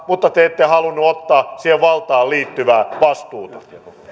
mutta te ette halunnut ottaa siihen valtaan liittyvää vastuuta